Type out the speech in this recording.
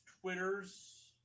Twitters